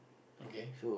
okay